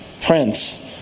Prince